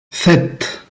sept